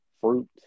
fruit